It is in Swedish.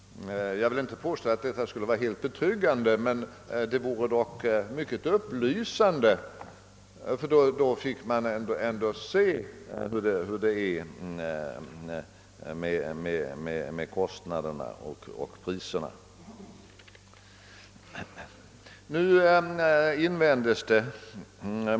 Jag vill inte påstå att detta skulle vara helt betryggande, men det vore dock mycket upplysande. Då fick vi nämligen ändå se hur det är med kostnaderna och priserna.